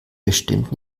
bestimmt